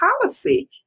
policy